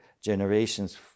generations